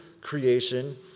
creation